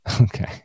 Okay